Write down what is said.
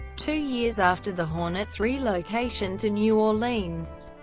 two years after the hornets' relocation to new orleans,